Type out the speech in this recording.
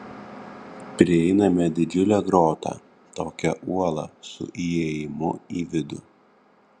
prieiname didžiulę grotą tokią uolą su įėjimu į vidų